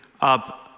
up